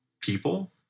people